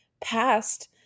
past –